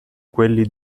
quelli